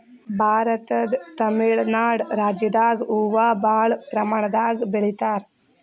ಭಾರತದ್ ತಮಿಳ್ ನಾಡ್ ರಾಜ್ಯದಾಗ್ ಹೂವಾ ಭಾಳ್ ಪ್ರಮಾಣದಾಗ್ ಬೆಳಿತಾರ್